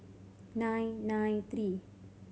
nine nine three